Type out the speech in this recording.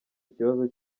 ikibazo